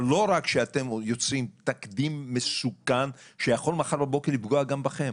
לא רק שאתם יוצרים תקדים מסוכן שיכול מחר בבוקר לפגוע גם בכם.